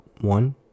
one